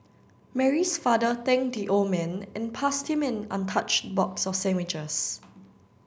Mary's father thanked the old man and passed him an untouched box of sandwiches